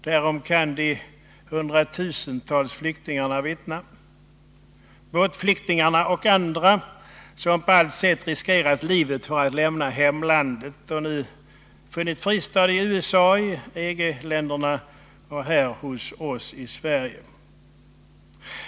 Därom kan de hundratusentals flyktingarna vittna — båtflyktingar och andra — som på allt sätt riskerat livet för att lämna hemlandet och nu funnit fristad i USA, EG-länderna och hos oss i Sverige.